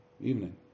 evening